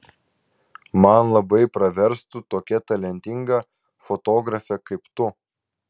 man labai praverstų tokia talentinga fotografė kaip tu